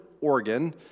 Oregon